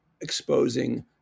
exposing